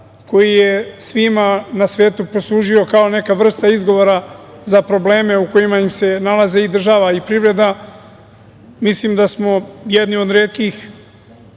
koji je svima na svetu poslužio kao neka vrsta izgovora za probleme u kojima se nalaze i država i privreda, mislim da smo jedni od retkih,